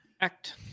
Act